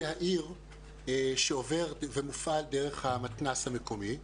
העיר שעובר ומופעל דרך המתנ"ס המקומי,